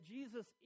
Jesus